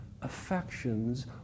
affections